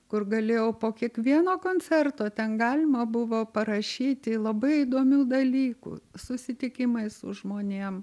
kur galėjau po kiekvieno koncerto ten galima buvo parašyti labai įdomių dalykų susitikimai su žmonėm